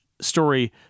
story